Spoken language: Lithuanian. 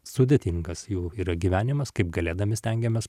sudėtingas jų yra gyvenimas kaip galėdami stengiamės